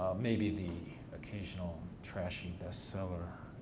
maybe the occasional trashy bestseller.